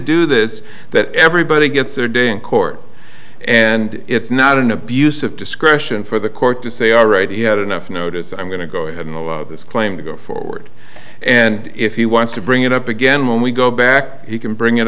do this that everybody gets their day in court and it's not an abuse of discretion for the court to say all right he had enough notice i'm going to go ahead and this claim to go forward and if he wants to bring it up again when we go back he can bring it